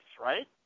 right